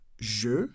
Je